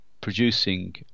producing